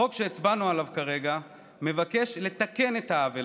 החוק שהצבענו עליו כרגע מבקש לתקן את העוול